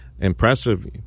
impressive